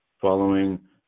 following